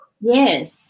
Yes